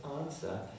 answer